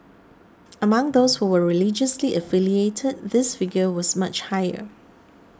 among those who were religiously affiliated this figure was much higher